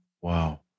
Wow